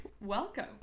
Welcome